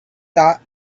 thought